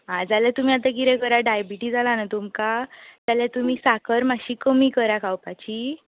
जाल्यार तुमी आतां कितें करात डायबेटीज जालां नी तुमकां जाल्यार तुमी साकर मातशीं कमी करात खांवपाची